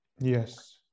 Yes